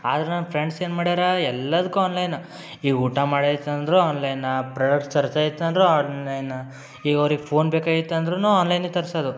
ಆದ್ರೆ ನಮ್ಮ ಫ್ರೆಂಡ್ಸ್ ಏನು ಮಾಡ್ಯಾರೆ ಎಲ್ಲದಕ್ಕೂ ಆನ್ಲೈನ ಈಗ ಊಟ ಮಾಡೈತಂದ್ರೂ ಆನ್ಲೈನ ಪ್ರೊಡಕ್ಟ್ ತರ್ಸ್ತೈತಂದ್ರೂ ಆನ್ಲೈನ ಈಗ ಅವ್ರಿಗೆ ಫೋನ್ ಬೇಕಾಗಿತ್ತು ಅಂದ್ರೂ ಆನ್ಲೈನೇ ತರ್ಸೋದು